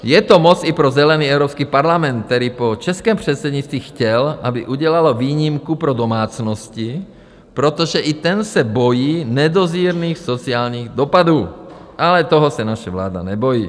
Je to moc i pro zelený Evropský parlament, který po českém předsednictví chtěl, aby udělalo výjimku pro domácnosti, protože i ten se bojí nedozírných sociálních dopadů, ale toho se naše vláda nebojí.